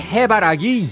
Hebaragi